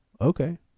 okay